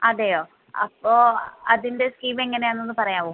അതെയോ അപ്പോൾ അതിൻ്റെ സ്കീമ് എങ്ങനെയാണെന്ന് ഒന്ന് പറയാമോ